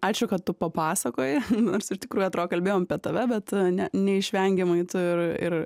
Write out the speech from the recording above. ačiū kad tu papasakojai nors iš tikrųjų atro kalbėjom apie tave bet ne neišvengiamai ir ir